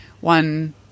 one